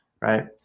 Right